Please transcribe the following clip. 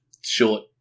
short